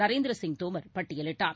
Narendra Singh Tomar பட்டியிலிட்டார்